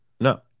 No